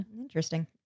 Interesting